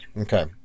Okay